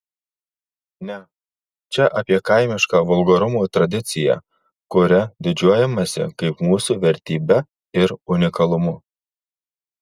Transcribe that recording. ne čia apie kaimišką vulgarumo tradiciją kuria didžiuojamasi kaip mūsų vertybe ir unikalumu